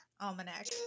Almanac